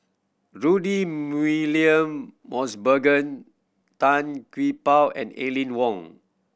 Rudy William Mosbergen Tan Gee Paw and Aline Wong